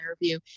interview